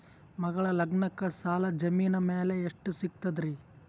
ಮಗಳ ಲಗ್ನಕ್ಕ ಸಾಲ ಜಮೀನ ಮ್ಯಾಲ ಎಷ್ಟ ಸಿಗ್ತದ್ರಿ?